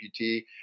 amputee